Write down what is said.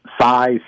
size